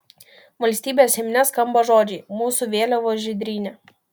valstybės himne skamba žodžiai mūsų vėliavos žydrynė